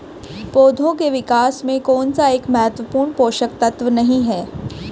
पौधों के विकास में कौन सा एक महत्वपूर्ण पोषक तत्व नहीं है?